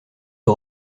aux